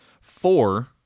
four